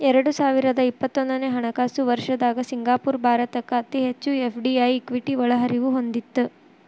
ಎರಡು ಸಾವಿರದ ಇಪ್ಪತ್ತೊಂದನೆ ಹಣಕಾಸು ವರ್ಷದ್ದಾಗ ಸಿಂಗಾಪುರ ಭಾರತಕ್ಕ ಅತಿ ಹೆಚ್ಚು ಎಫ್.ಡಿ.ಐ ಇಕ್ವಿಟಿ ಒಳಹರಿವು ಹೊಂದಿತ್ತ